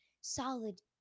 solid